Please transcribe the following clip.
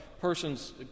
person's